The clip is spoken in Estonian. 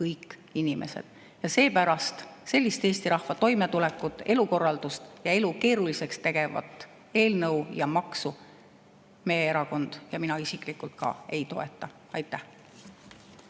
kõik inimesed. Sellist Eesti rahva toimetulekut, elukorraldust ja elu keeruliseks tegevat eelnõu ja maksu meie erakond ja mina isiklikult ka ei toeta. Aitäh!